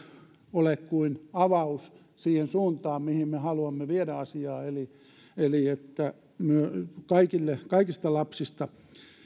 ole kuin avaus siihen suuntaan mihin me haluamme viedä asiaa eli eli että kaikista lapsista